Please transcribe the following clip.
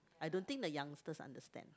I don't think the youngsters understand